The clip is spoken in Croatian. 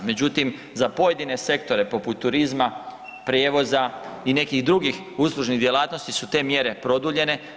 Međutim, za pojedine sektore poput turizma, prijevoza i nekih drugih uslužnih djelatnosti su te mjere produljene.